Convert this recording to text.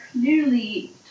clearly